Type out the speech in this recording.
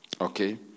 Okay